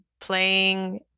playing